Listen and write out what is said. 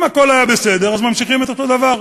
אם הכול היה בסדר, אז ממשיכים אותו דבר.